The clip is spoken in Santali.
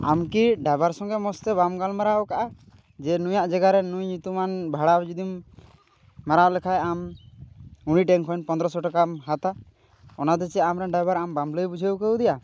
ᱟᱢ ᱠᱤ ᱰᱟᱭᱵᱷᱟᱨ ᱥᱚᱸᱜᱮ ᱢᱚᱡᱽ ᱛᱮ ᱵᱟᱢ ᱜᱟᱞᱢᱟᱨᱟᱣ ᱠᱟᱜᱼᱟ ᱡᱮ ᱱᱩᱭᱟᱜ ᱡᱟᱭᱜᱟ ᱨᱮ ᱱᱩᱭ ᱧᱩᱛᱩᱢᱟᱱ ᱵᱷᱟᱲᱟ ᱡᱩᱫᱤᱢ ᱢᱟᱨᱟᱣ ᱞᱮᱠᱷᱟᱱ ᱟᱢ ᱩᱱᱤᱴᱷᱮᱱ ᱠᱷᱚᱱ ᱯᱚᱸᱫᱽᱨᱚ ᱥᱚ ᱴᱟᱠᱟᱢ ᱦᱟᱛᱟ ᱚᱱᱟ ᱫᱚ ᱪᱮᱫ ᱟᱢᱨᱮᱱ ᱰᱟᱭᱵᱷᱟᱨ ᱟᱢ ᱵᱟᱢ ᱞᱟᱹᱭ ᱵᱩᱡᱷᱟᱹᱣ ᱠᱟᱣᱫᱮᱭᱟ